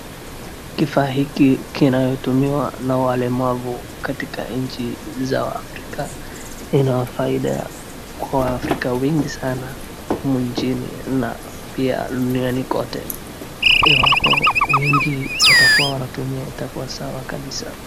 Kifaa hiki kinayotumiwa na walemavu katika nchi za waafrika inawafaida kwa waafrika wengi sana humu nchini na pia duniani kote iwapo wengi watakua wanatumia itakua sawa kabisa.